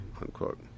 unquote